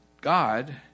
God